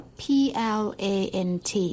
plant